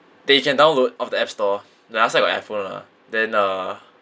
that you can download off the app store the last time I got iPhone lah then uh